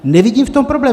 Nevidím v tom problém.